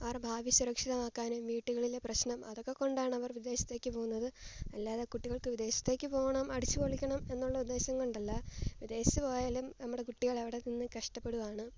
അവർ ഭാവി സുരക്ഷിതമാക്കാനും വീട്ടുകളിലെ പ്രശ്നം അതൊക്കെകൊണ്ടാണവർ വിദേശത്തേക്കു പോകുന്നത് അല്ലാതെ കുട്ടികൾക്കു വിദേശത്തേക്കു പോകണം അടിച്ചുപൊളിക്കണം എന്നുള്ള ഉദ്ദേശം കൊണ്ടല്ല വിദേശത്തു പോയാലും നമ്മുടെ കുട്ടികൾ അവിടെ നിന്നു കഷ്ടപ്പെടുകയാണ്